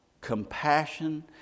compassion